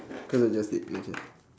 cause I just did you okay or not